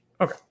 Okay